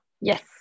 Yes